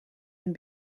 and